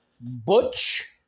Butch